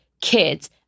kids